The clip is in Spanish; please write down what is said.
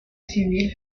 civil